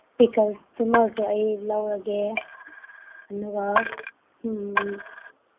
ꯄꯤꯀꯜꯇꯨꯃꯁꯨ ꯑꯩ ꯂꯧꯔꯒꯦ ꯑꯗꯨꯒ